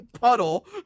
puddle